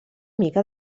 mica